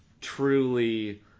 truly